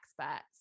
experts